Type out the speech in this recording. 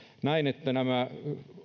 näen että nämä